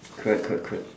correct correct correct